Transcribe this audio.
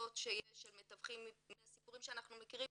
פרצות שיש של מתווכים מסיפורים שאנחנו מכירים,